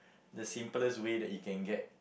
the simplest way that you can get